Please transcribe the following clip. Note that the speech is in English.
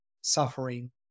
suffering